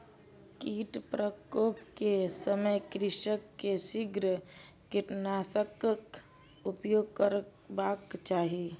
कीट प्रकोप के समय कृषक के शीघ्र कीटनाशकक उपयोग करबाक चाही